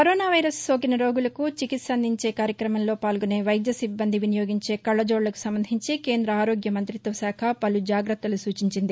corona virus సోకిన రోగులకు చికిత్స అందించే కార్యక్రమంలో పాల్గొనే వైద్య సిబ్బంది వినియోగించే కళ్చజోళ్ళకు సంబంధించి కేంద్ర ఆరోగ్య మంత్రిత్వ శాఖ పలు జాగ్రత్తలు సూచించింది